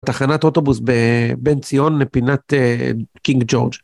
תחנת אוטובוס בן ציון לפינת קינג ג'ורג'.